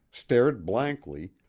stared blankly,